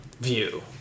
view